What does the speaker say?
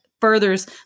furthers